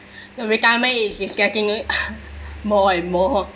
the retirement age is getting it more and more